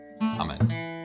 Amen